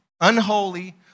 unholy